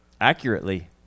accurately